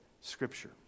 Scripture